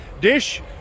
Dish